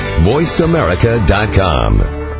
VoiceAmerica.com